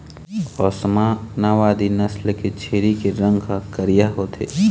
ओस्मानाबादी नसल के छेरी के रंग ह करिया होथे